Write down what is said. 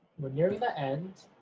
we're nearing the end,